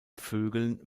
vögeln